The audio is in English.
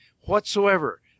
whatsoever